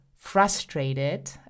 frustrated